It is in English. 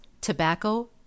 tobacco